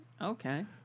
Okay